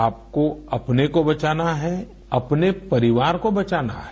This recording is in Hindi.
आपको अपने को बचाना है अपने परिवार को बचाना है